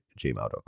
gmail.com